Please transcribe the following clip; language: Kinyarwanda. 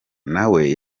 nawe